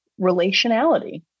relationality